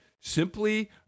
simply